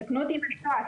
תקנו אותי אם אני טועה,